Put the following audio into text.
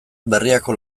berriako